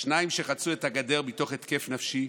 השניים, שחצו את הגדר מתוך התקף נפשי,